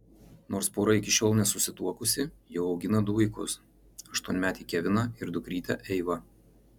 nors pora iki šiol nesusituokusi jau augina du vaikus aštuonmetį keviną ir dukrytę eivą